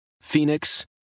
Phoenix